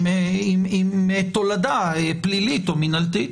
עם תולדה פלילית או מינהלתית.